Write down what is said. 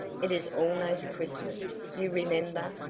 it is almost christmas, you remember,